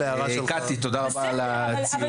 קטי, תודה רבה על הציונים שלך.